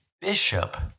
bishop